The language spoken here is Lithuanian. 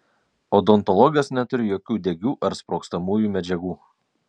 odontologas neturi jokių degių ar sprogstamųjų medžiagų